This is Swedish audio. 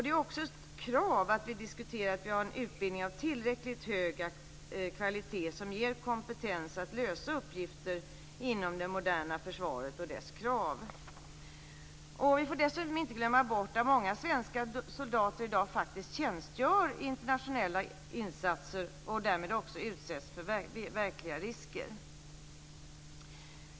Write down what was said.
Det är också ett krav att vi har en utbildning av tillräckligt hög kvalitet som ger kompetens att lösa uppgifter inom det moderna försvaret och motsvara de krav som försvaret ställer. Vi får dessutom inte glömma bort att många svenska soldater i dag faktiskt tjänstgör i internationella insatser och därmed också utsätts för verkliga risker.